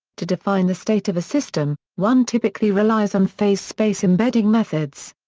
to define the state of a system, one typically relies on phase space embedding methods.